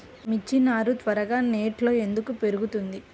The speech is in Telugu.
మిర్చి నారు త్వరగా నెట్లో ఎందుకు పెరుగుతుంది?